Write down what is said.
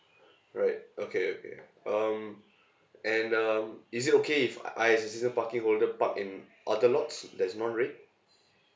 alright okay okay um and um is it okay if I I as a season parking holder park in other lots that's not red